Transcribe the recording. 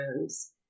friends